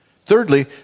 Thirdly